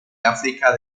áfrica